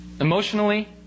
Emotionally